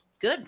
Good